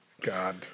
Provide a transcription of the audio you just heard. God